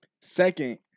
Second